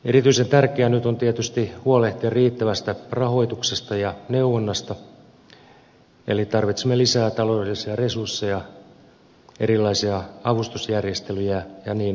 erityisen tärkeä nyt on tietysti huolehtia riittävästä rahoituksesta ja neuvonnasta eli tarvitsemme lisää taloudellisia resursseja erilaisia avustusjärjestelyjä ja niin edelleen